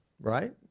right